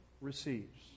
Receives